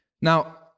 Now